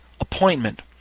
appointment